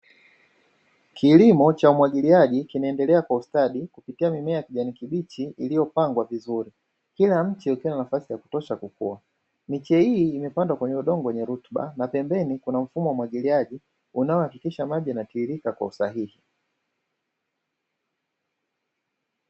Kilimo cha umwagiliaji kinaendelea kwa ustadi, kupitia mimea ya kijani kibichi iliyopangwa vizuri; kila mche ukiwa na nafasi ya kutosha kukua. Miche hii imepandwa kwenye udongo wa rutuba na pembeni kuna mfumo wa umwagiliaji; unaohakikisha maji yanatiririka kwa usahihi.